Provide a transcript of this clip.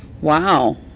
Wow